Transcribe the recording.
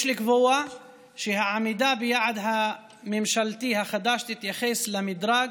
יש לקבוע שהעמידה ביעד הממשלתי החדש תתייחס למדרג